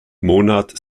monat